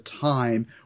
time